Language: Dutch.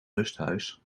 rusthuis